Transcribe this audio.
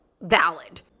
valid